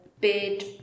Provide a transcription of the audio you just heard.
bid